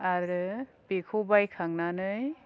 आरो बेखौ बायखांनानै